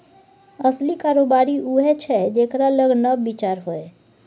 असली कारोबारी उएह छै जेकरा लग नब विचार होए